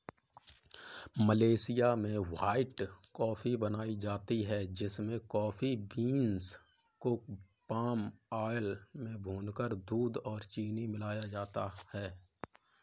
Malaysia में white coffee बनाई जाती है जिसमें कॉफी बींस को पाम आयल में भूनकर दूध और चीनी मिलाया जाता है